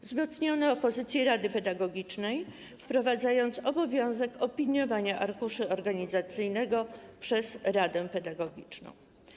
Wzmocniono pozycję rady pedagogicznej, wprowadzono obowiązek opiniowania arkusza organizacyjnego przez radę pedagogiczną.